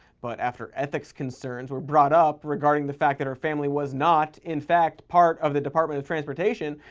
but after ethics concerns were brought up regarding the fact that her family was not, in fact, part of the department of transportation,